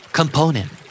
component